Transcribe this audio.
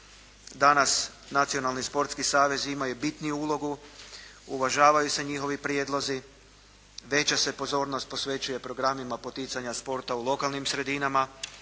savez ima i bitnu ulogu, uvažavaju se njihovi prijedlozi, veća se pozornost posvećuje programima poticanja sporta u lokalnim sredinama,